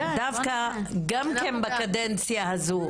דווקא גם כן בקדנציה הזו,